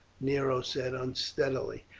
nero said unsteadily.